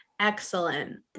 Excellent